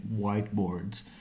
whiteboards